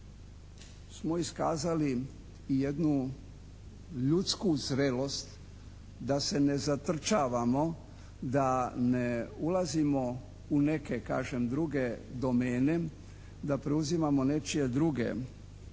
smo iskazali jednu ljudsku zrelost da se ne zatrčavamo, da ne ulazimo u neke kažem druge domene, da preuzimamo nečije druge